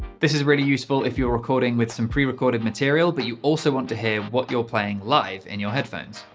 this is really useful if you are recording with some prerecorded material but you also want to hear what you're playing live in and your headphones.